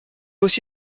aussi